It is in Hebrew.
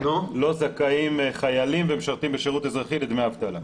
לא זכאים חיילים ומשרתים בשירות אזרחי לדמי אבטלה.